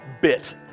bit